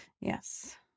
Yes